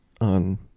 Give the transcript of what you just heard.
on